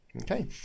Okay